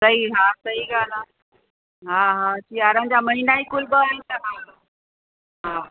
सही हा सही ॻाल्हि आहे हा हा सियारनि जा महिना ई कुल ॿ आहिनि त हा